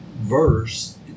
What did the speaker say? verse